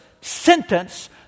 sentence